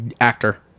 actor